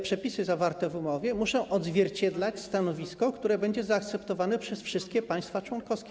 przepisy zawarte w umowie muszą odzwierciedlać stanowisko, które będzie zaakceptowane przez wszystkie państwa członkowskie.